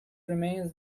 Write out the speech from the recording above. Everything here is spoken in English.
remains